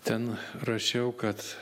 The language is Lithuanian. ten rašiau kad